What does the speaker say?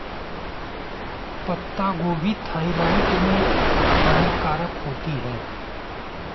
पत्ता गोभी थायराइड में हानिकारक होती है